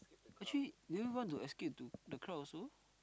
actually do you want to escape to the crowd also